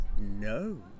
No